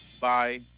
Bye